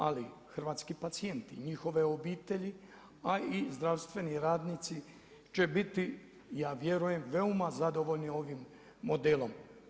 Ali hrvatski pacijenti njihove obitelji, a i zdravstveni radnici će biti ja vjerujem veoma zadovoljni ovim modelom.